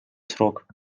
срок